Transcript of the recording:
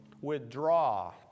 Withdraw